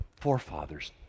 forefathers